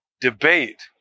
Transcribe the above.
debate